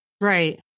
Right